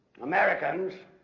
Americans